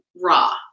raw